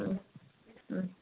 ம் ம்